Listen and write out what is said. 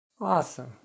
awesome